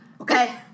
okay